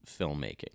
filmmaking